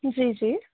जी जी